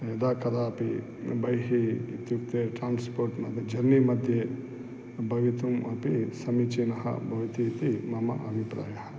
यदा कदापि बहिः इत्युक्ते ट्रान्स्पोर्ट् मा जर्नि मध्ये भवितुम् अपि समीचीनः भवति इति मम अभिप्रायः